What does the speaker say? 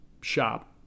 shop